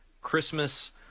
Christmas—